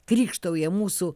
krykštauja mūsų